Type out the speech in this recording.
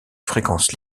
fréquence